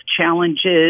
challenges